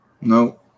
No